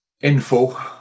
info